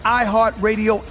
iHeartRadio